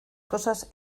cosas